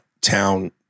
town